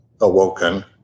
awoken